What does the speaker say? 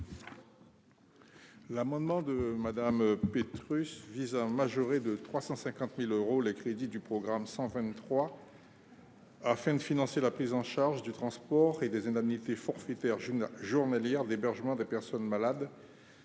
rectifié de Mme Petrus vise à majorer de 350 000 euros les crédits du programme 123, afin de financer la prise en charge du transport et des indemnités forfaitaires journalières d'hébergement des personnes malades